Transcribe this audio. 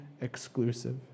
exclusive